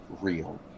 real